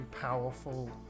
powerful